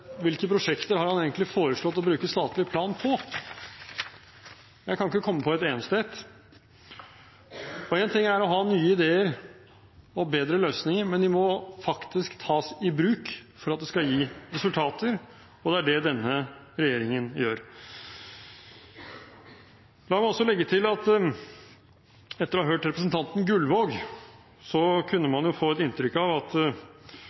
hvilke prosjekter har han egentlig foreslått å bruke statlig plan på? Jeg kan ikke komme på ett eneste ett. Én ting er å ha nye ideer og bedre løsninger, men de må faktisk tas i bruk for at det skal gi resultater, og det er det denne regjeringen gjør. La meg også legge til at etter å ha hørt representanten Gullvåg kunne man få et inntrykk av at